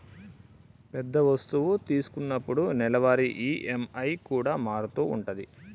పెద్ద వస్తువు తీసుకున్నప్పుడు నెలవారీ ఈ.ఎం.ఐ కూడా మారుతూ ఉంటది